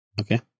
Okay